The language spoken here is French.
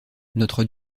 notre